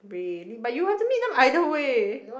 raining but you want to meet them either way